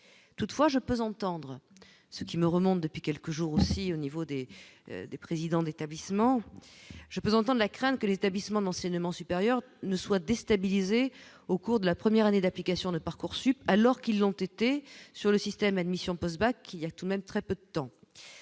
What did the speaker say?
toutefois je peux entendre ce qui me remonte depuis quelques jours aussi au niveau des des présidents d'établissements, je vous entends de la crainte que les établissements d'enseignement supérieur ne soient déstabilisés au cours de la première année d'application de Parcoursup alors qu'ils l'ont été sur le système Admission post-bac, il y a tout de même très peu de temps,